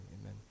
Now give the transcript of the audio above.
amen